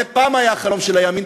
זה פעם היה החלום של הימין.